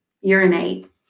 urinate